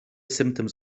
symptoms